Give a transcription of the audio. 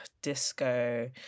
disco